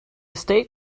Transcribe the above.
estate